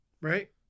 Right